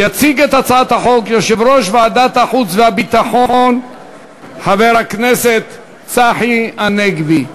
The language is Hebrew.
יציג את הצעת החוק יושב-ראש ועדת החוץ והביטחון חבר הכנסת צחי הנגבי.